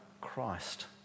Christ